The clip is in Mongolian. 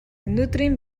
өнөөдрийн